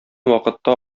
вакытта